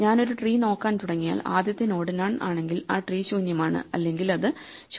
ഞാൻ ഒരു ട്രീ നോക്കാൻ തുടങ്ങിയാൽ ആദ്യത്തെ നോഡ് നൺ ആണെങ്കിൽ ആ ട്രീ ശൂന്യമാണ് അല്ലെങ്കിൽ അത് ശൂന്യമല്ല